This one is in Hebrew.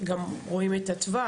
גם רואים את הטווח,